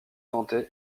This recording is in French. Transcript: tenter